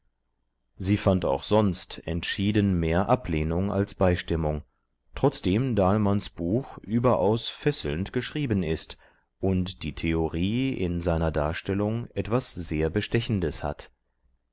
sie fand auch sonst entschieden mehr ablehnung als beistimmung trotzdem dahlmanns buch überaus fesselnd geschrieben ist und die theorie in seiner darstellung etwas sehr bestechendes hat